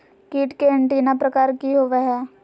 कीट के एंटीना प्रकार कि होवय हैय?